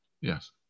Yes